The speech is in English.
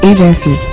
Agency